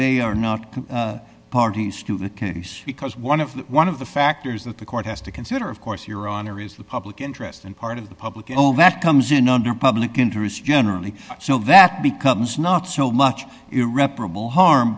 they are not can parties to the case because one of the one of the factors that the court has to consider of course your honor is the public interest and part of the public and all that comes in under public interest generally so that becomes not so much irreparable harm